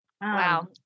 Wow